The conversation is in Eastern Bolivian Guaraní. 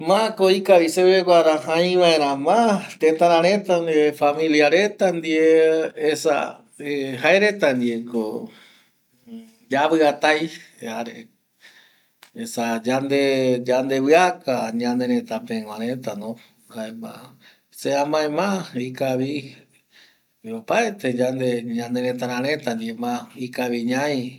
﻿Mako ikavi seve guara, äiväera ma tëtara reta ndive, familia reta ndive esa jaereta ndieko yaviatai jare esa yande yandeviaka, ñanerëtapëgua retano jaema se amae ma ikavi opaete yande ñanerëtare reta ndie ma ikavi ñai